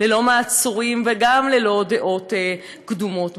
ללא מעצורים וגם ללא דעות קדומות,